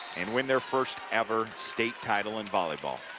and win their first ever state title in volleyball.